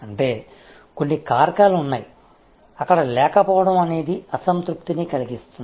అంటే కొన్ని కారకాలు ఉన్నాయి అక్కడ లేకపోవడం అనేది అసంతృప్తిని కలిగిస్తుంది